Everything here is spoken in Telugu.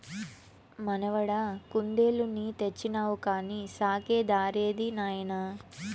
మనవడా కుందేలుని తెచ్చినావు కానీ సాకే దారేది నాయనా